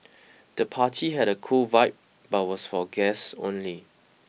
the party had a cool vibe but was for guests only